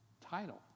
title